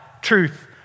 truth